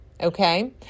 Okay